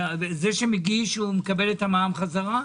וזה שמגיש, מקבל את המע"מ חזרה?